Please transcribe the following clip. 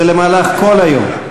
זה למהלך כל היום.